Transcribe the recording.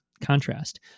contrast